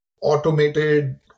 automated